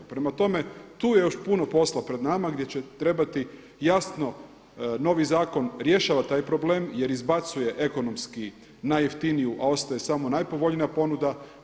Prema tome, tu je još puno posla pred nama gdje će trebati jasno novi zakon rješava taj problem jer izbacuje ekonomski najjeftiniju, a ostaje samo najpovoljnija ponuda.